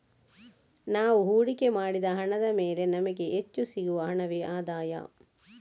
ನಾವು ಹೂಡಿಕೆ ಮಾಡಿದ ಹಣದ ಮೇಲೆ ನಮಿಗೆ ಹೆಚ್ಚು ಸಿಗುವ ಹಣವೇ ಆದಾಯ